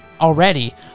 already